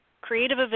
creative